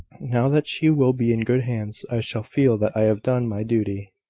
now that she will be in good hands, i shall feel that i have done my duty.